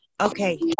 Okay